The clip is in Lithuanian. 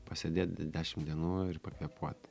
pasėdėt dešim dienų ir pakvėpuot